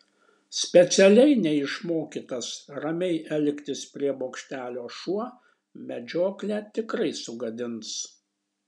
specialiai neišmokytas ramiai elgtis prie bokštelio šuo medžioklę tikrai sugadins